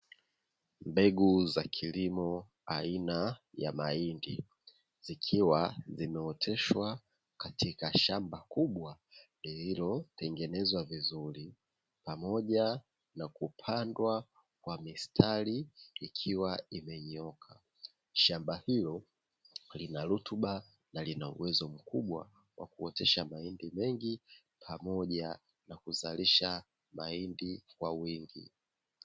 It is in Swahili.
Mbegu za kilimo aina ya mahindi zikiwa zinatoteshwa katika shamba kubwa lililotengenezwa vizuri pamoja na kupandwa kwa mistari zikiwa zimeinyoka. Shamba hilo lina rutuba na linaweza kutumika kwa kuotesha mahindi mengi pamoja na kuzalisha mahindi mengi.